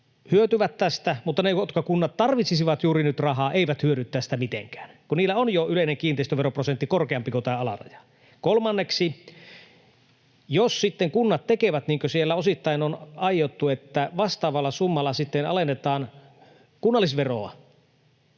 hyötyvät tästä mutta ne kunnat, jotka tarvitsisivat juuri nyt rahaa, eivät hyödy tästä mitenkään, kun niillä on jo yleinen kiinteistöveroprosentti korkeampi kuin tämä alaraja. Kolmanneksi, jos sitten kunnat tekevät niin kuin siellä osittain on aiottu, että vastaavalla summalla sitten alennetaan kunnallisveroa,